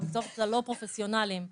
מקצועות לא פרופסיונליים באקדמיה,